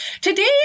today